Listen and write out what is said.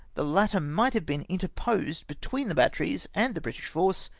the latter might have been interposed between the batteries and the british force,